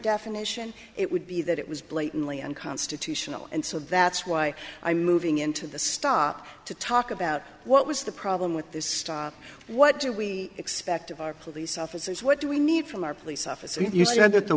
definition it would be that it was blatantly unconstitutional and so that's why i'm moving into the stop to talk about what was the problem with this stop what do we expect of our police officers what do we need from our police officer if you